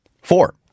Four